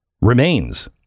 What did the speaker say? Remains